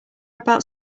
about